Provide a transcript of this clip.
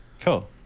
Cool